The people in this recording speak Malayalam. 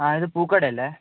ആ ഇത് പൂക്കടയല്ലേ